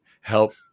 help